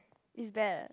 is bad